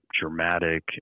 dramatic